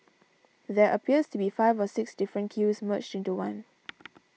there appears to be five or six different queues merged into one